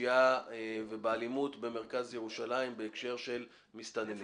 בפשיעה ובאלימות במרכז ירושלים בהקשר של מסתננים.